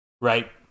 Right